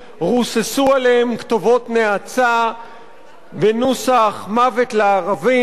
רוססו עליהם כתובות נאצה בנוסח "מוות לערבים",